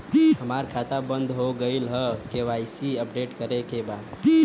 हमार खाता बंद हो गईल ह के.वाइ.सी अपडेट करे के बा?